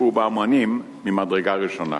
ואמנים ממדרגה ראשונה.